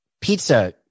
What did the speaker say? pizza